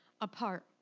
apart